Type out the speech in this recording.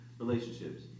relationships